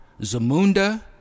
Zamunda